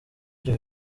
ibyo